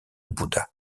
bouddha